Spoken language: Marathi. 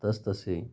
तसतसे